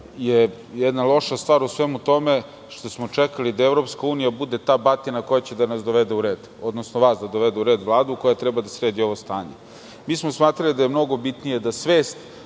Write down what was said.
je jedna loša stvar u svemu tome što smo čekali da EU bude ta batina koja će da nas dovede u red, odnosno vas dovede u red, Vladu koja treba da sredi ovo stanje. Mi smo shvatili da je mnogo bitnije da svest